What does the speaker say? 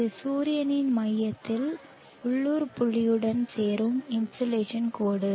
இது சூரியனின் மையத்தில் உள்ளூர் புள்ளியுடன் சேரும் இன்சோலேஷன் கோடு